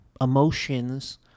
emotions